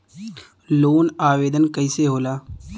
Loan आवेदन कैसे होला?